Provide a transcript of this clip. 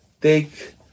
take